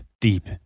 deep